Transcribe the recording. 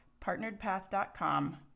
partneredpath.com